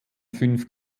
fünf